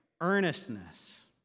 Earnestness